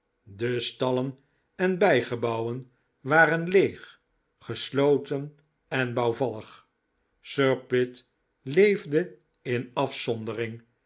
de stallen en bijgebouwen waren leeg gesloten bouwvallig sir pitt leefde in afzondering